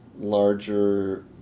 larger